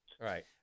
Right